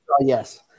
yes